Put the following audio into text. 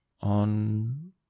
on